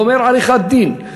גומר עריכת-דין,